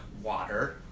water